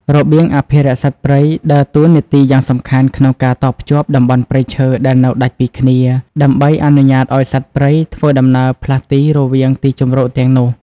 របៀងអភិរក្សសត្វព្រៃ ដើរតួនាទីយ៉ាងសំខាន់ក្នុងការតភ្ជាប់តំបន់ព្រៃឈើដែលនៅដាច់ពីគ្នា ដើម្បីអនុញ្ញាតឱ្យសត្វព្រៃធ្វើដំណើរផ្លាស់ទីរវាងទីជម្រកទាំងនោះ។